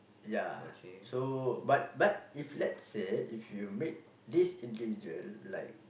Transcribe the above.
ya so but but if let's say if you meet this individual like ya